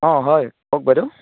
অঁ হয় কওক বাইদেউ